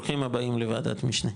ברוכים הבאים לוועדת משנה.